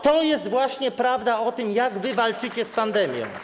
To jest właśnie prawda o tym, jak walczycie z pandemią.